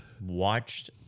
watched